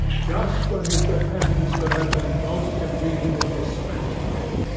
just when his repentance could have been most conveniently dispensed with.